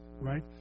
right